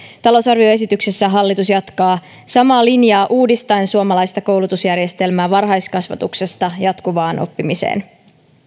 talousarvioesityksessä hallitus jatkaa samaa linjaa uudistaen suomalaista koulutusjärjestelmää varhaiskasvatuksesta jatkuvaan oppimiseen